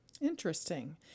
Interesting